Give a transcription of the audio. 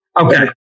Okay